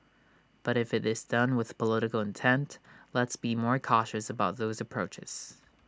but if IT is done with political intent let's be more cautious about those approaches